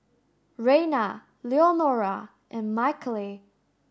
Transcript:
Reyna Leonora and Michaele